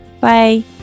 Bye